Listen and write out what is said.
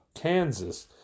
Kansas